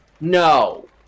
No